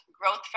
growth